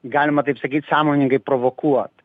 galima taip sakyt sąmoningai provokuot